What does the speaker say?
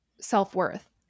self-worth